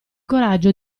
coraggio